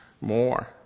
more